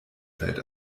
fällt